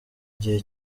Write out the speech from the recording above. gihe